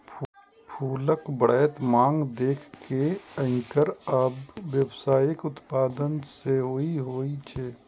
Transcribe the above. फूलक बढ़ैत मांग देखि कें एकर आब व्यावसायिक उत्पादन सेहो होइ छै